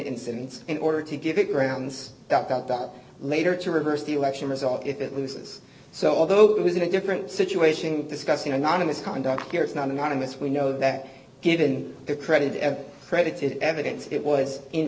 incidents in order to give it grounds that doubt that later to reverse the election result if it loses so although it was in a different situation discussing anonymous conduct here it's not anonymous we know that given the credit credited evidence it was in